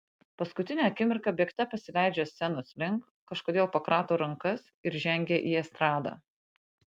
paskutinę akimirką bėgte pasileidžia scenos link kažkodėl pakrato rankas ir žengia į estradą